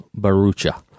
Barucha